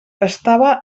estava